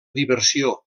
diversió